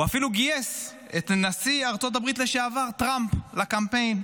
הוא אפילו גייס את נשיא ארצות הברית לשעבר טראמפ לקמפיין.